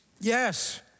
Yes